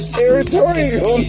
territorial